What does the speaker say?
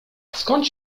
skąd